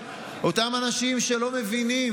אותם אנשים שלא מבינים,